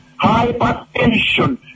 Hypertension